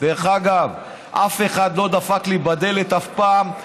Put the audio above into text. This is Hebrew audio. דרך אגב, אף אחד לא דפק לי בדלת אף פעם,